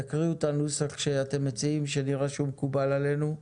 תקריאו את הניסוח שאתם מציעים שנראה שהוא מקובל עלינו.